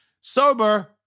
Sober